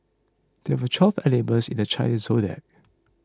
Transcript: there are twelve animals in the Chinese zodiac